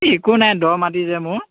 একো নাই দ' মাটি যে মোৰ